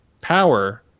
power